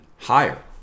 higher